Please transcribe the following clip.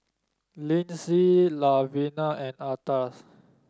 Lyndsey Lavina and Atlas